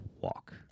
walk